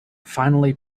finally